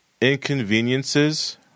Inconveniences